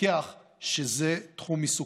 מפקח שזה תחום עיסוקו.